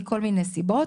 מכל מיני סיבות.